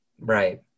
right